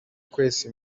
kwesa